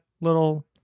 little